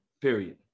Period